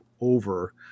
over